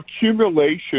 accumulation